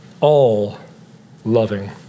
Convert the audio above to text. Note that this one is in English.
all-loving